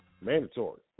Mandatory